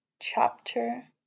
chapter